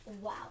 wow